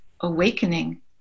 awakening